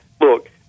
look